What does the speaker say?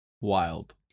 Wild